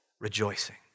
rejoicing